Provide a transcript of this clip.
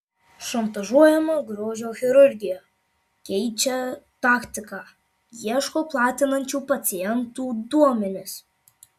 šantažuojama grožio chirurgija keičia taktiką ieško platinančių pacientų duomenis